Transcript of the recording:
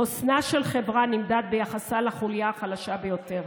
חוסנה של חברה נמדד ביחס לחוליה החלשה ביותר.